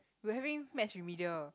we were having maths remedial